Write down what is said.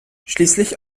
schließlich